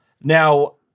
Now